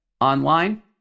online